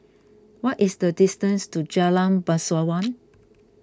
what is the distance to Jalan Bangsawan